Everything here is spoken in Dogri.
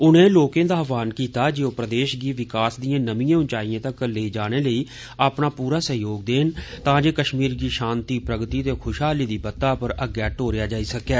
उन्ने लोकों दा आहवान कीता जे ओ प्रदेश गी विकास दियें नमीं ऊंचाइयें तगर लेई जाने लेई अपना पूरा सहयोग देन तांजे कश्मीर गी शांति प्रगति ते खुशहाली दी बत्ता पर अग्गै लैता जाई सकै